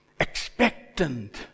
Expectant